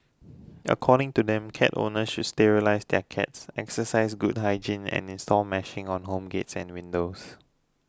according to them cat owners should sterilise their cats exercise good hygiene and install meshing on home gates and windows